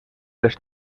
les